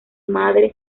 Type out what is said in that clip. madre